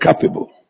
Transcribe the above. capable